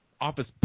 office